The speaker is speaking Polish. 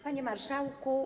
Panie Marszałku!